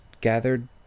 gathered